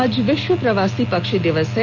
आज विश्व प्रवासी पक्षी दिवस है